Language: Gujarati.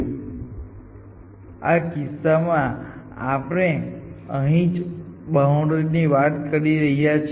અગાઉ અમે એવું ધાર્યું હતું કે સર્ચ ટ્રી ઓર્ડર ટ્રી છે તેથી સૌથી નાના હ્યુરિસ્ટિક મૂલ્યો ડાબી અને વધુ હ્યુરિસ્ટિક મૂલ્યો જમણી બાજુ હોય છે